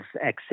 access